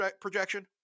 projection